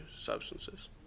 substances